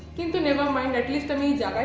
never mind. at least i mean